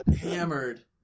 hammered